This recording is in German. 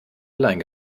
allein